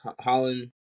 Holland